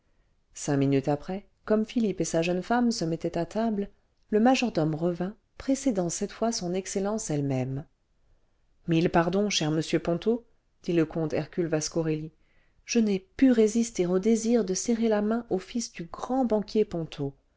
cinq minutes après comme philippe et sa jeune femme se mettaient à table le majordome revint précédant cette fois son excellence ellemême ce mille pardons cher monsieur ponto dit le comte hercule vascorelli je n'ai pu résister au désir de serrer la main au fils du grand banquier